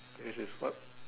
this is what